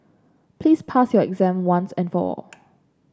please pass your exam once and for all